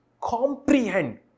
comprehend